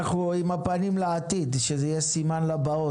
אנחנו עם הפנים לעתיד, שזה יהיה סימן לבאות.